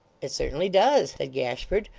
it certainly does said gashford,